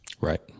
right